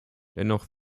dennoch